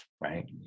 right